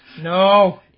No